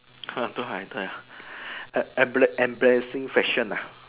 embarrassing embarrassing fashion ah